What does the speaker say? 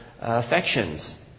affections